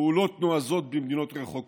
פעולות נועזות במדינות רחוקות,